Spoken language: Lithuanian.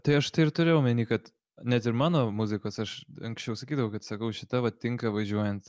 tai aš tai ir turiu omeny kad net ir mano muzikos aš anksčiau sakydavau kad sakau šita va tinka važiuojant